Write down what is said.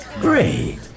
Great